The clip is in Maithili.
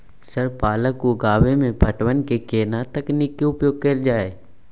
सर पालक उगाव में पटवन के केना तकनीक के उपयोग कैल जाए?